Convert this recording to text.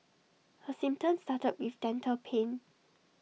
her symptoms started with dental pain